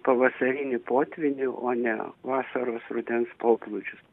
pavasarinį potvynį o ne vasaros rudens poplūdžius